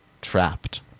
trapped